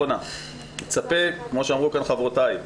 כמו שאמרו כאן חברותיי,